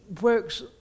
works